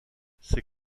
ses